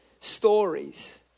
stories